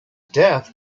death